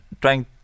trying